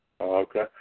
Okay